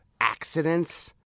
accidents